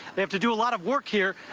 they have to do a lot of work here,